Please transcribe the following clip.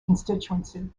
constituency